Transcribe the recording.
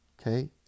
Okay